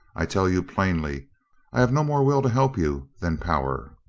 i tell you plainly i have no more will to help you than power.